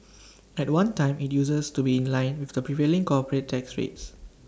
at one time IT uses to be in line with the prevailing corporate tax rates